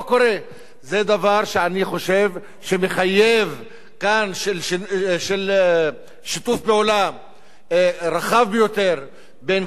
זה דבר שאני חושב שמחייב כאן שיתוף פעולה רחב ביותר בין כל האנשים,